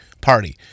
party